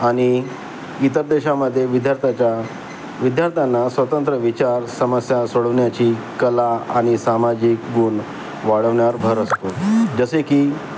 आणि इतर देशामध्ये विद्यार्थ्याच्या विद्यार्थ्यांना स्वतंत्र विचार समस्या सोडवण्याची कला आणि सामाजिक गुण वाढवण्यावर भर असतो जसे की